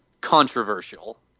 controversial